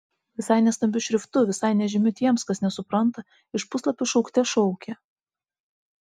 visai ne stambiu šriftu visai nežymiu tiems kas nesupranta iš puslapio šaukte šaukė